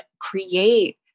create